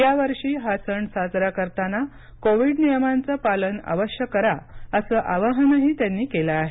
या वर्षी हा सण साजरा करताना कोविड नियमांचं पालन अवश्य करा असं आवाहनही त्यांनी केलं आहे